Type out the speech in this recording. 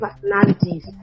personalities